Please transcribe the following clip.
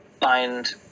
find